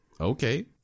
Okay